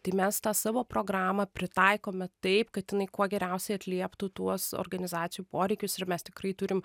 tai mes tą savo programą pritaikome taip kad jinai kuo geriausiai atlieptų tuos organizacijų poreikius ir mes tikrai turim